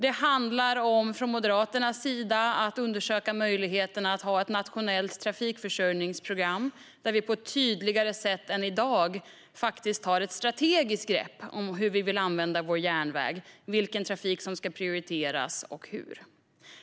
För Moderaterna handlar det om att undersöka möjligheterna att ha ett nationellt trafikförsörjningsprogram där vi på ett tydligare sätt än i dag tar ett strategiskt grepp om hur vi vill använda vår järnväg, vilken trafik som ska prioriteras och hur.